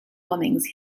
bombings